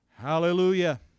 Hallelujah